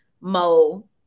Mo